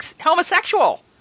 homosexual